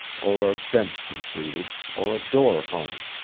or a bench completed, or a door hung.